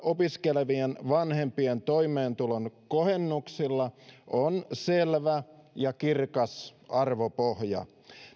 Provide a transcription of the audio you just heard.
opiskelevien vanhempien toimeentulon kohennuksilla on selvä ja kirkas arvopohja